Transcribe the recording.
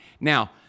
Now